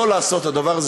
שלא לעשות את הדבר הזה.